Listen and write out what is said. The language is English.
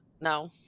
no